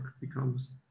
becomes